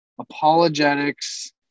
apologetics